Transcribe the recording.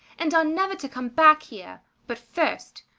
and are never to come back here but first,